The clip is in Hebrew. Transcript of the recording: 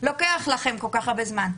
לוקח לכם כל-כך הרבה זמן.